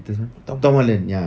tom holland